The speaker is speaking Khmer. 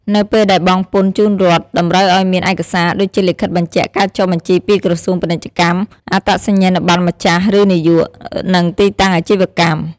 នៅពេលដែលបង់ពន្ធជូនរដ្ឋ តម្រូវអោយមាន ឯកសារ ដូចជាលិខិតបញ្ជាក់ការចុះបញ្ជីពីក្រសួងពាណិជ្ជកម្ម អត្តសញ្ញាណប័ណ្ណម្ចាស់ ឬនាយក និងទីតាំងអាជីវកម្ម។